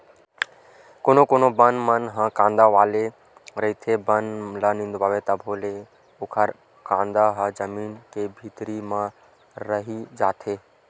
कोनो कोनो बन मन ह कांदा वाला रहिथे, बन ल निंदवाबे तभो ले ओखर कांदा ह जमीन के भीतरी म रहि जाथे